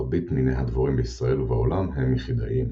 מרבית מיני הדבורים בישראל ובעולם הם יחידאיים.